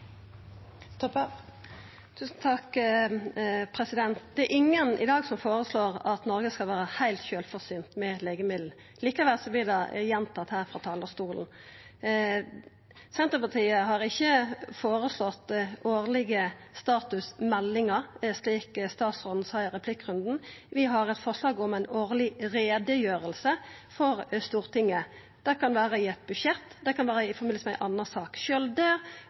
ingen i dag som føreslår at Noreg skal vera heilt sjølvforsynt med legemiddel. Likevel vert det gjentatt her frå talarstolen. Senterpartiet har ikkje føreslått årlege statusmeldingar, slik statsråden seier i replikkrunden. Vi har eit forslag om ei årleg utgreiing for Stortinget. Det kan vera i eit budsjett, og det kan vera i samband med ei anna sak. Sjølv det